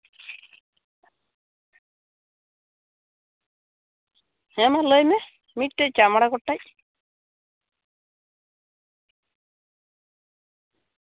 ᱦᱮᱸᱢᱟ ᱞᱟᱹᱭ ᱢᱮ ᱢᱤᱫᱴᱮᱱ ᱪᱮᱫ ᱢᱚᱬᱮ ᱜᱚᱴᱮᱡ